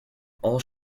all